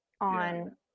on